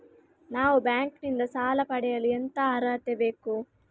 ನಾವು ಬ್ಯಾಂಕ್ ನಿಂದ ಸಾಲ ಪಡೆಯಲು ಎಂತ ಅರ್ಹತೆ ಬೇಕು?